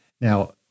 Now